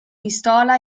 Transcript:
pistola